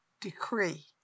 Decree